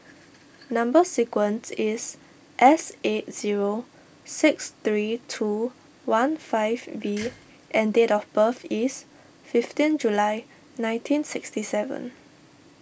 Number Sequence is S eight zero six three two one five V and date of birth is fifteen July nineteen sixty seven